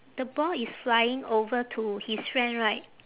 the ball is flying over to his friend right